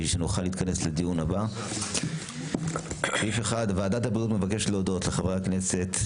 כדי שנוכל להתכנס לדיון הבא: 1. ועדת הבריאות מבקשת להודות לחברי הכנסת,